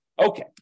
Okay